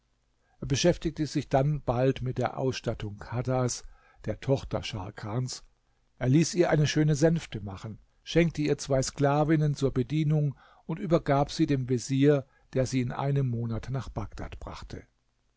beschäftigte sich dann bald mit der ausstattung kadhas der tochter scharkans er ließ ihr eine schöne sänfte machen schenkte ihr zwei sklavinnen zur bedienung und übergab sie dem vezier der sie in einem monat nach bagdad brachte